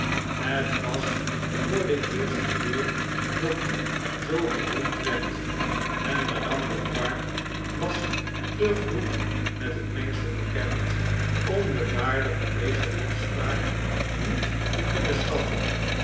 het was voor den eersten keer dat die zoo geroemd werd en madame defarge was te goed met het mengsel bekend om de waarde van deze lofspraak niet te kunnen schatten